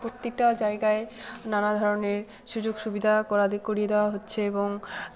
প্রত্যেকটা জায়গায় নানা ধরনের সুযোগ সুবিধা করা করিয়ে দেওয়া হচ্ছে এবং